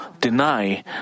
deny